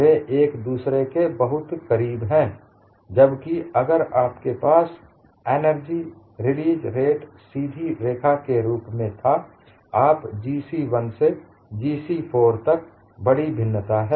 वे एक दूसरे के बहुत करीब हैं जबकि अगर आपके पास एनर्जी रिलीज रेट सीधी रेखा के रूप में था आप G c1 से G c4 तक बड़ी भिन्नता है